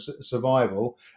survival